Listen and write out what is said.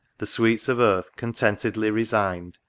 the sweets of earth contentedly resigned.